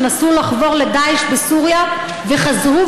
שנסעו לחבור לדאעש בסוריה וחזרו,